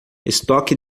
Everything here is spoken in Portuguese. estoque